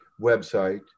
website